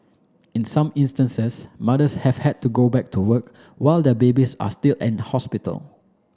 in some instances mothers have had to go back to work while their babies are still in hospital